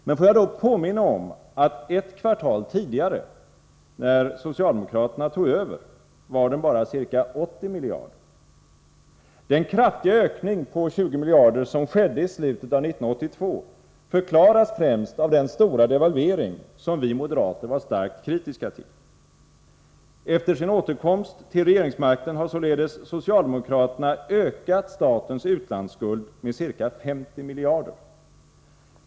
Men får jag då påminna om att ett kvartal tidigare, när socialdemokraterna tog över, var den bara ca 80 miljarder. Den kraftiga ökning — 20 miljarder — som skedde i slutet av 1982 förklaras främst av den stora devalveringen, som vi moderater var starkt kritiska till. Efter sin återkomst till regeringsmakten har således socialdemokraterna ökat statens utlandsskuld med ca 50 miljarder.